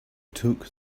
took